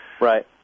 Right